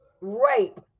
rape